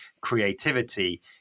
creativity